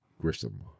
Grissom